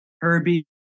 Herbie